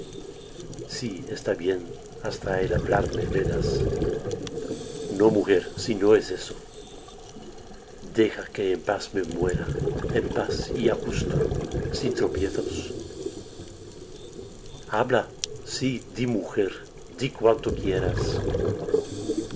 sí está bien hasta el hablar me vedas no mujer si no es eso deja que en paz me muera en paz y á gusto sin tropiezos habla sí di mujer di cuanto quieras